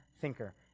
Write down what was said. thinker